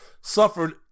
suffered